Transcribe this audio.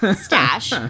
stash